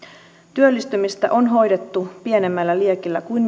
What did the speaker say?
työllistymistä on hoidettu pienemmällä liekillä kuin